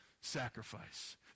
sacrifice